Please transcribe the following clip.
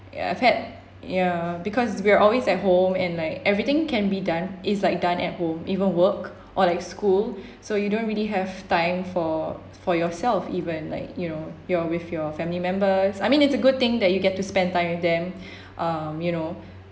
ya I've had ya because we're always at home and like everything can be done is like done at home even work or like school so you don't really have time for for yourself even like you know you're with your family members I mean it's a good thing that you get to spend time with them um you know